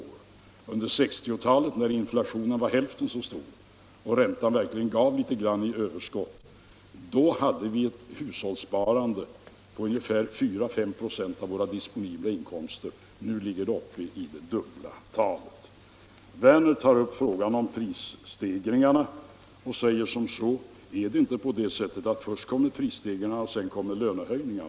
Under 1960-talet när inflationen var hälften så stor och räntan verkligen gav litet i överskott, hade vi ett hushållssparande på ungefär 4 å 5 96 av våra disponibla inkomster. Nu är siffran den dubbla. Herr Werner tar upp frågan om prisstegringarna och säger: Är det inte på det sättet att först kommer prisstegringar och sedan kommer lönehöjningar?